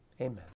Amen